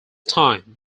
time